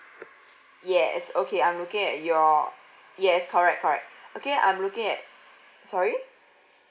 yes okay I'm looking at your yes correct correct okay I'm looking at sorry